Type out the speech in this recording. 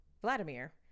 Vladimir